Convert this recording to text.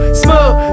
smooth